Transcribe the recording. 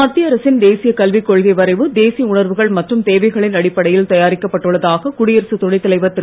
மத்திய அரசின் தேசிய கல்விக்கொள்கை வரைவு தேசிய மற்றும் தேவைகளின் அடிப்படையில் தயாரிக்கப் உணர்வுகள் பட்டுள்ளதாக குடியரசுத் துணைத்தலைவர் திரு